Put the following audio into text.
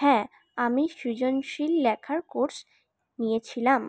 হ্যাঁ আমি সৃজনশীল লেখার কোর্স নিয়েছিলাম